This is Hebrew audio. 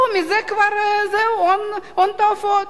כבר עשו מזה הון תועפות.